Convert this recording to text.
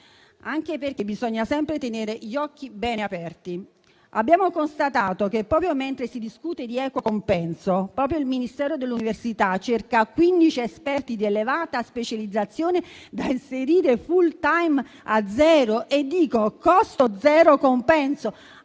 anche perché bisogna sempre tenere gli occhi bene aperti. Abbiamo constatato che, proprio mentre si discute di equo compenso, il Ministero dell'università e della ricerca cerca 15 esperti di elevata specializzazione da inserire *full time* a costo zero: altro che equo compenso,